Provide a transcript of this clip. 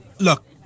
look